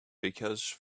because